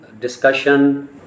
discussion